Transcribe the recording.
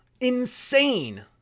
Insane